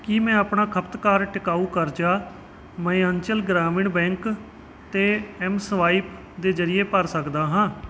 ਕੀ ਮੈਂ ਆਪਣਾ ਖਪਤਕਾਰ ਟਿਕਾਊ ਕਰਜ਼ਾ ਮੱਧਯਾਂਚਲ ਗ੍ਰਾਮੀਣ ਬੈਂਕ 'ਤੇ ਐੱਮ ਸਵਾਇਪ ਦੇ ਜ਼ਰੀਏ ਭਰ ਸਕਦਾ ਹਾਂ